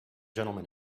gentlemen